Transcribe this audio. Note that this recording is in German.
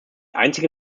einzige